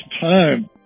time